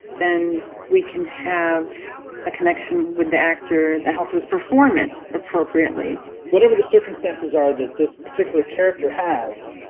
then we can have a connection with the actor that helps us perform it appropiately whatever the circumstances are that this particular character has,